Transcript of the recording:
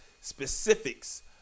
specifics